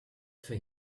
for